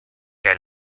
què